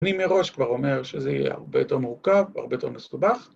‫אני מראש כבר אומר שזה יהיה ‫הרבה יותר מורכב, הרבה יותר מסובך.